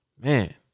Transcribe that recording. man